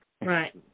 Right